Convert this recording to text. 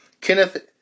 Kenneth